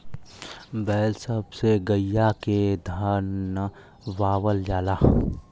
बैल सब से गईया के धनवावल जाला